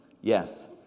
Yes